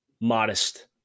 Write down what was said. modest